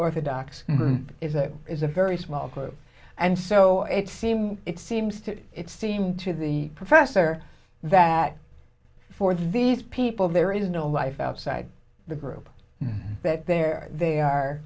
orthodox is a is a very small group and so it seems it seems to it seem to the professor that for these people there is no life outside the group and that there they are